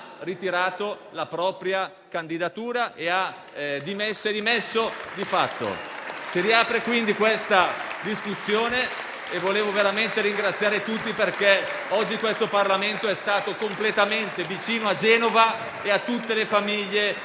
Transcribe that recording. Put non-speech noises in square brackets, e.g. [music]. ha ritirato la propria candidatura e si è dimesso di fatto. [applause] Si riapre la discussione e vorrei ringraziare tutti perché oggi il Parlamento è stato completamente vicino a Genova e a tutte le famiglie